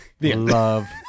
Love